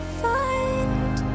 find